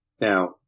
Now